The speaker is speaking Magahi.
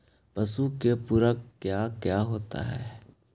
पशु के पुरक क्या क्या होता हो?